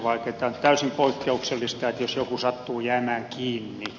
on täysin poikkeuksellista jos joku sattuu jäämään kiinni